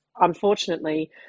unfortunately